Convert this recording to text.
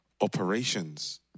operations